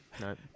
no